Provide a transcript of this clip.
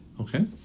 Okay